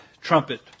trumpet